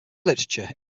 literature